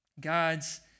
God's